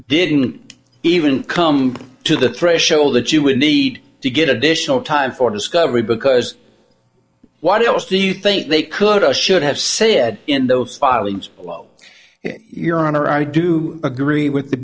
didn't even come to the threshold that you would need to get additional time for discovery because what else do you think they could i should have said in those filings oh your honor i do agree with the